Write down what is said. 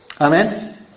Amen